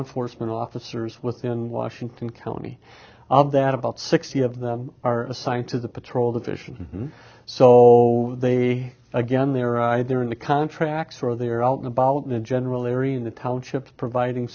enforcement officers within washington county that about sixty of them are assigned to the patrol division so they again they're either in the contracts or they're out and about in a general area in the township providing